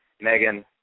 Megan